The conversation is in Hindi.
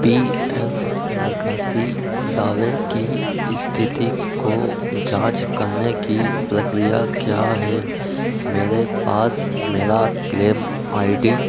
पी एफ निकासी दावे की स्थिति को जाँच करने की प्रक्रिया क्या है मेरे पास मेरा क्लेम आई डी